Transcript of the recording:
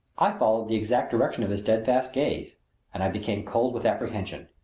i followed the exact direction of his steadfast gaze and i became cold with apprehension.